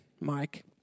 Mike